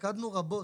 שקדנו רבות,